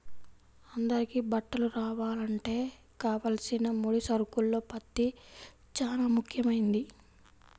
అందరికీ బట్టలు రావాలంటే కావలసిన ముడి సరుకుల్లో పత్తి చానా ముఖ్యమైంది